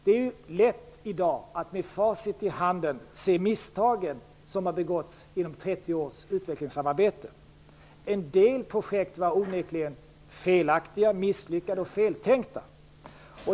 Med facit hand är det lätt att se de misstag som har begåtts under 30 års utvecklingssamarbete. En del projekt var onekligen felaktiga, misslyckade och feltänkta.